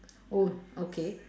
oh okay